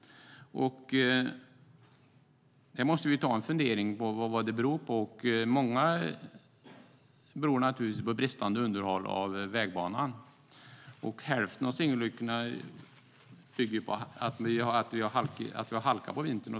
Vi måste ta en fundering på vad det beror på. Många olyckor beror naturligtvis på bristande underhåll av vägbanan. Hälften av singelolyckorna beror på att vi har halka på vintern.